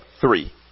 three